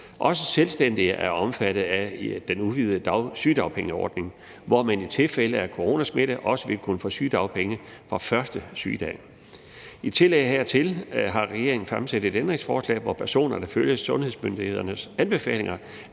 Også selvstændige er omfattet af den udvidede sygedagpengeordning, hvor man i tilfælde af coronasmitte også vil kunne få sygedagpenge fra første sygedag. I tillæg hertil har regeringen stillet et ændringsforslag, der handler om, at personer, der følger sundhedsmyndighedernes anbefalinger